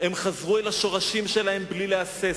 הם חזרו אל השורשים שלהם בלי להסס,